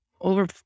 over